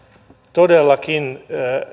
todellakin